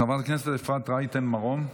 חברת הכנסת אפרת רייטן מרום,